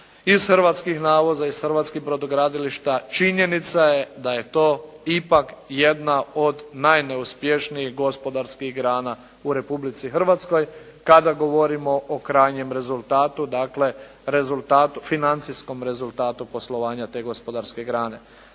iz hrvatskih navoza, iz hrvatskih brodogradilišta, činjenica je da je to ipak jedna od najneuspješnijih gospodarskih grana u Republici Hrvatskoj kada govorimo o krajnjem rezultatu, dakle, rezultatu, financijskom rezultatu poslovanja te gospodarske grane.